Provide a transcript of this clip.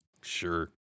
Sure